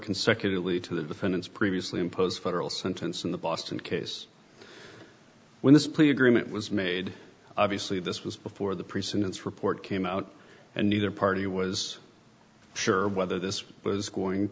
consecutively to the defendant's previously impose federal sentence in the boston case when this plea agreement was made obviously this was before the pre sentence report came out and neither party was sure whether this was going